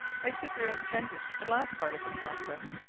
i superintended the last part of the process,